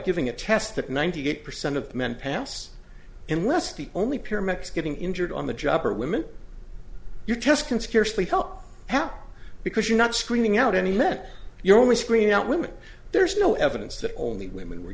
giving a test that ninety eight percent of men pass and less the only paramedics getting injured on the job are women you just can scarcely help how because you're not screening out any men you're only screened out women there's no evidence that only women were